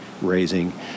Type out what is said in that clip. raising